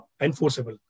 enforceable